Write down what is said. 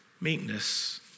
meekness